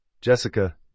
Jessica